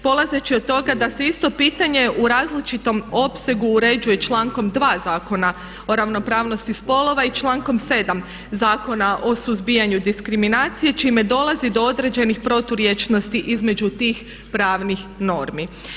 Polazeći od toga da se isto pitanje u različitom opsegu uređuje člankom 2. Zakona o ravnopravnosti spolova i člankom 7. Zakona o suzbijanju diskriminacije čime dolazi do određenih proturječnosti između tih pravnih normi.